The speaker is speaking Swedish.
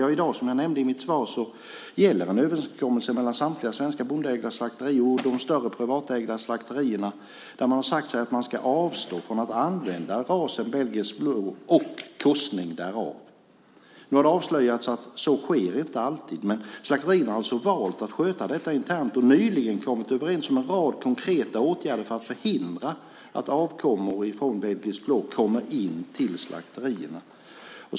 I dag, som jag nämnde i mitt svar, gäller en överenskommelse mellan samtliga svenska bondeägda slakterier och de större privatägda slakterierna där man har sagt att man ska avstå från att använda rasen belgisk blå och korsning därav. Nu har det avslöjats att så inte alltid sker, men slakterierna har valt att sköta detta internt och nyligen kommit överens om en rad konkreta åtgärder för att förhindra att avkommor från belgisk blå kommer in till slakterierna.